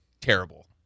terrible